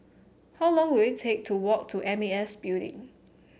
how long will it take to walk to M A S Building